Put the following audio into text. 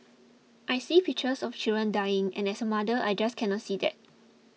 I see pictures of children dying and as a mother I just cannot see that